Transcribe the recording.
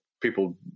people